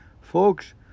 Folks